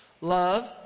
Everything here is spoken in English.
love